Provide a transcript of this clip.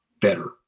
better